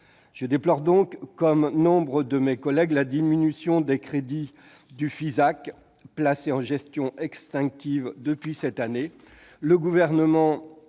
Je déplore donc, comme nombre de mes collègues, la diminution des crédits du Fisac, placé en gestion extinctive depuis cette année.